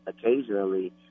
occasionally